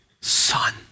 son